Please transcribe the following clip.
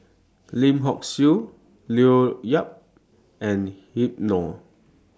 Lim Hock Siew Leo Yip and Habib Noh